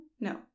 no